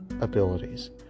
abilities